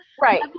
Right